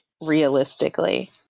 realistically